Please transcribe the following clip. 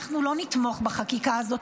אנחנו לא נתמוך היום בחקיקה הזאת,